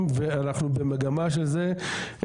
ואנחנו במגמה של זה.